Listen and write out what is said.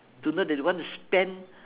to know that they want to spend